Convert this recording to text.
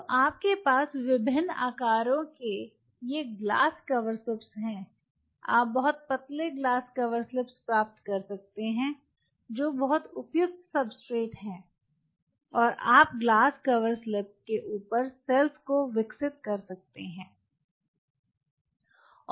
तो आपके पास विभिन्न आकारों के ये ग्लास कवरलिप्स हैं आप बहुत पतले ग्लास कवरलिप्स प्राप्त कर सकते हैं जो बहुत उपयुक्त सब्सट्रेट हैं और आप ग्लास कवरलिप्स के ऊपर सेल्स को विकसित कर सकते हैं